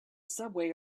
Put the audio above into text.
subway